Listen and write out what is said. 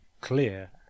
clear